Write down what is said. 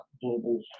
global